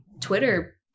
Twitter